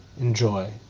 enjoy